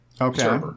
Okay